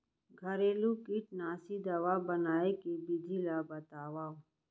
घरेलू कीटनाशी दवा बनाए के विधि ला बतावव?